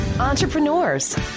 Entrepreneurs